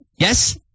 Yes